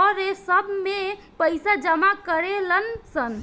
आउर सब में पैसा जमा करेलन सन